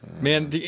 Man